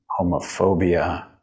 homophobia